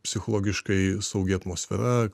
psichologiškai saugi atmosfera